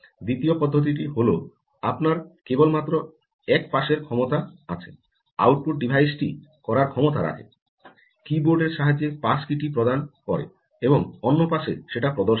দ্বিতীয় পদ্ধতিটি হল আপনার কেবলমাত্র এক পাশের ক্ষমতা আছে আউটপুট ডিভাইস টি করার ক্ষমতা রাখে কী বোর্ড এর সাহায্যে পাস কী টি প্রদান করে এবং অন্য পাশে সেটা প্রদর্শন করে